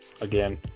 again